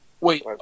Wait